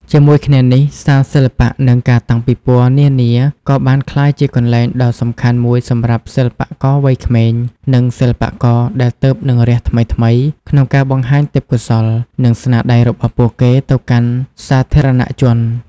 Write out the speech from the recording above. ជាមួយគ្នានេះ សាលសិល្បៈ និងការតាំងពិពណ៌នានា ក៏បានក្លាយជាកន្លែងដ៏សំខាន់មួយសម្រាប់សិល្បករវ័យក្មេង និងសិល្បករដែលទើបនឹងរះថ្មីៗ ក្នុងការបង្ហាញទេពកោសល្យ និងស្នាដៃរបស់ពួកគេទៅកាន់សាធារណជន។